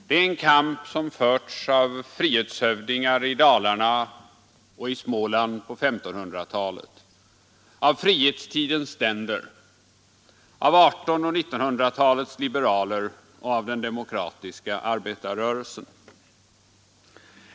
Det är en kamp som förts av frihetshövdingar i Dalarna och Småland på 1500-talet, av frihetstidens ständer, av 1800 och 1900-talens liberaler och av den demokratiska arbetarrörelsen.